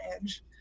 edge